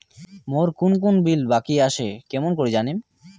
মোর কুন কুন বিল বাকি আসে কেমন করি জানিম?